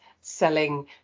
selling